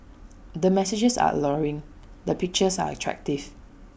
the messages are alluring the pictures are attractive